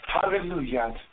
Hallelujah